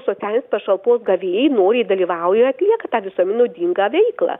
socialinės pašalpos gavėjai noriai dalyvauja ir atlieka tą visuomenei naudingą veiklą